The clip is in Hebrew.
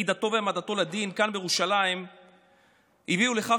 לכידתו והעמדתו לדין כאן בירושלים הביאו לכך